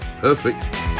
Perfect